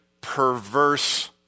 perverse